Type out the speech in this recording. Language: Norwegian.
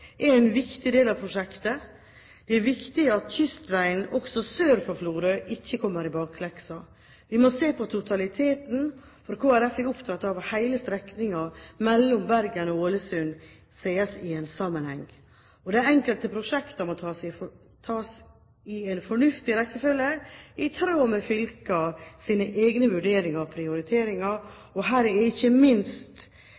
er en viktig del av prosjektet. Det er viktig at kystveien også sør for Florø ikke kommer i bakleksa. Vi må se på totaliteten, for Kristelig Folkeparti er opptatt av at hele strekningen mellom Bergen og Ålesund ses i en sammenheng. De enkelte prosjektene må tas i en fornuftig rekkefølge, i tråd med fylkenes egne vurderinger og